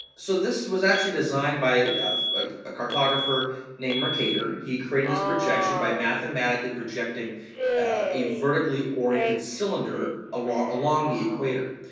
so this was actually designed by ah a cartographer named mercator. he created this projection by mathematically projecting a vertical oriented cylinder, along, along the equator.